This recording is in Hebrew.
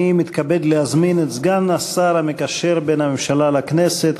אני מתכבד להזמין את סגן השר המקשר בין הממשלה לכנסת,